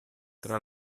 tra